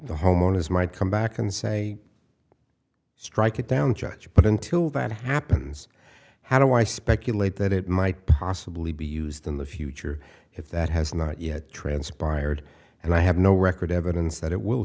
the homeowners might come back and say strike it down judge but until that happens how do i speculate that it might possibly be used in the future if that has not yet transpired and i have no record evidence that it will